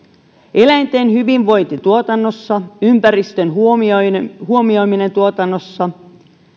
eläinten hyvinvointi tuotannossa ympäristön huomioiminen huomioiminen tuotannossa